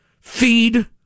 Feed